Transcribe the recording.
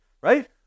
right